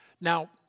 Now